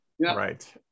Right